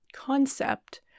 Concept